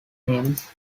names